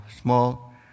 small